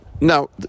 Now